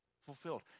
fulfilled